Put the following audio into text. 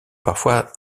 parfois